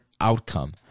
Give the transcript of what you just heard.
outcome